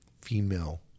female